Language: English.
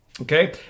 okay